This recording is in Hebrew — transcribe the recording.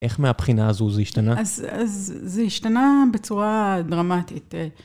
איך מהבחינה הזו זה השתנה? אז זה השתנה בצורה דרמטית.